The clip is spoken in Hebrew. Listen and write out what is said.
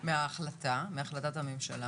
מהחלטת הממשלה?